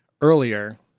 earlier